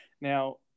now